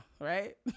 right